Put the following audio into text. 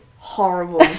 horrible